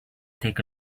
take